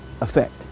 effect